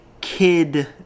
Kid